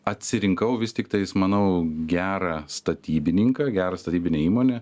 atsirinkau vis tiktais manau gerą statybininką gerą statybinę įmonę